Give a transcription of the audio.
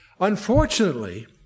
Unfortunately